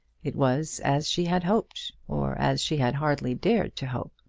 it was as she had hoped or as she had hardly dared to hope.